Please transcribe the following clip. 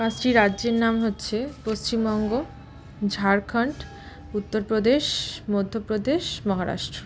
পাঁচটি রাজ্যের নাম হচ্ছে পশ্চিমবঙ্গ ঝাড়খণ্ড উত্তরপ্রদেশ মধ্যপ্রদেশ মহারাষ্ট্র